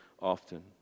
often